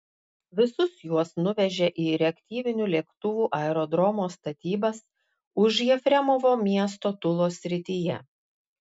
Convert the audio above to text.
visus juos nuvežė į reaktyvinių lėktuvų aerodromo statybas už jefremovo miesto tulos srityje